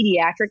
pediatric